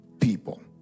people